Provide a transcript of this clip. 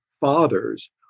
fathers